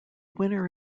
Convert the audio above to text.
winner